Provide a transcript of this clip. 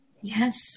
Yes